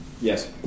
Yes